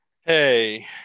Hey